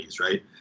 right